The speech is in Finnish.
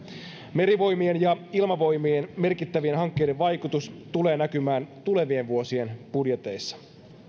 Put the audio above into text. merivoimien ja ilmavoimien merkittävien hankkeiden vaikutus tulee näkymään tulevien vuosien budjeteissa